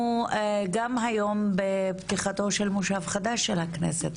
אנחנו גם היום בפתיחתו של מושב חדש של הכנסת.